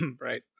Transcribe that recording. Right